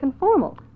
conformal